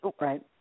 Right